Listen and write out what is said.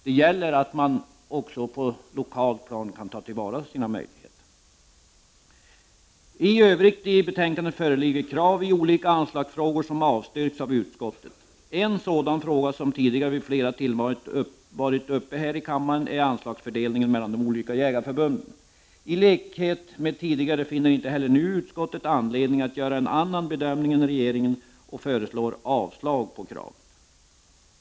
Det gäller nu att man lokalt kan ta till vara sina möjligheter. I övrigt föreligger i olika anslagsfrågor krav, som avstyrks av utskottet. En sådan fråga som tidigare vid flera tillfällen varit uppe här i kammaren är frågan om fördelningen av anslagen mellan de olika jägarförbunden. Utskottet finner nu, lika litet som tidigare, ingen anledning att göra en annan bedömning än regeringen och föreslår avslag på dessa krav.